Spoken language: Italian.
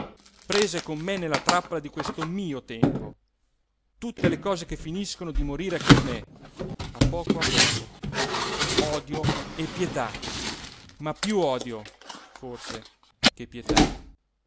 questo mio tempo tutte le cose che finiscono di morire con me a poco a poco odio e pietà ma più odio forse che pietà